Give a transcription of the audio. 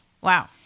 Wow